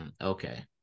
Okay